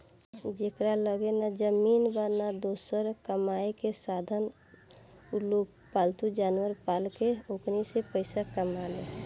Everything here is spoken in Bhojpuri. जेकरा लगे ना जमीन बा, ना दोसर कामायेके साधन उलोग पालतू जानवर पाल के ओकनी से पईसा कमाले